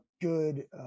good